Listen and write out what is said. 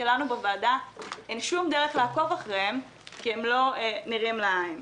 כאשר לנו בוועדה אין שום דרך לעקוב אחריהם כי הם לא נראים לעין.